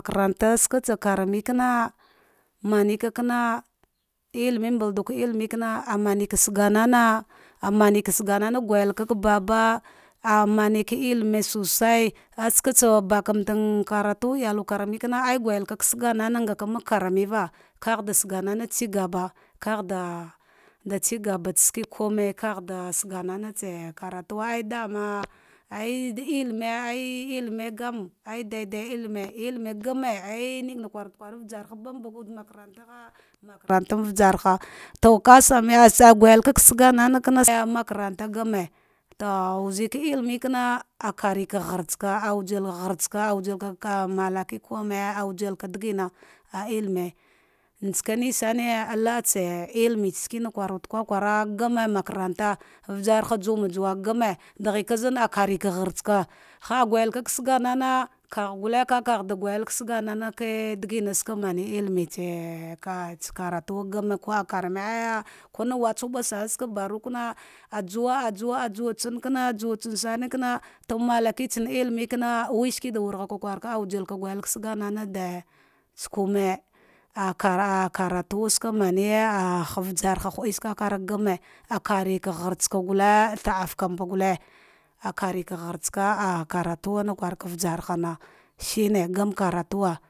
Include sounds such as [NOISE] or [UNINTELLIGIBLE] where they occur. Karanta karami nkana maneka kana ellime mbadulka elmu kana maneka sgana na amani ka sagana a guteka ka baba ah man ni ka ilhime sosai ahsatsa bakanta karatu ba ba kana gel gulka ka sagnana makaramdla kagha da saganana dagh agaba, kagh kagh agaba kume kagh da sagnana tsa karatuwe eda limie, ilimeka gane ilime gane nakwawuda kwara bambawude ujarha mavarata hanujarha, [UNINTELLIGIBLE] emakarata gane awuzeka ilmekana aka rika ghartsaka awujelka malaki kamai awujelka digina, ah ihme mtsanisan la ata ihme tsa skone kukwara kwaymakarata ujar ha jama juwa game, daghenzane akanka har ghatsaka ha gulu ka sa ganana kagha gule ka da guyal ka sagamma ka digina saka mane ilimce tsa tsa karatu a game ko ah karani kana wutsa ubasaka banatuwe juwa ahjuwa ajiwatsam kam asuwa skane kana to naleki isa ihine weshuda wargha kwaza awajeka gugeli ka saganana skame akabatu gane ask aru ah ujaraha haɗusawe gane akare va ghagu hatsaka el a thadeka mebe gula akarka gh atsaka gule thaɗef akarka ghalsaka akara tuwe ana vjarhana ane game karatuwa.